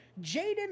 Jaden